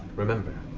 remember